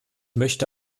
möchte